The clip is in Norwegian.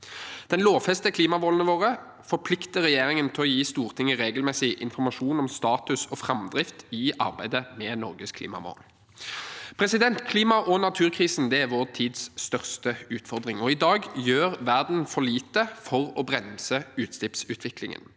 Den lovfester klimamålene våre og forplikter regjeringen til å gi Stortinget regelmessig informasjon om status og framdrift i arbeidet med Norges klimamål. Klima- og naturkrisen er vår tids største utfordring, og i dag gjør verden for lite for å bremse utslippsutviklingen.